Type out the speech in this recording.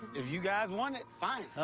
if you guys want it, fine.